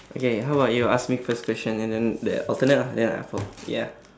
okay how about you ask me first question and then the alternate lah then I from ya